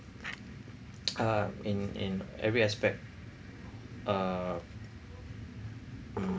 uh in in every aspect uh mm